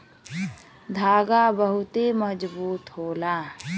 धागा बहुते मजबूत होला